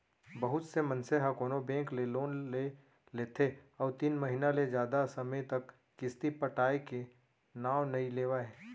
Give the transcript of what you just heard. बहुत से मनसे ह कोनो बेंक ले लोन ले लेथे अउ तीन महिना ले जादा समे तक किस्ती पटाय के नांव नइ लेवय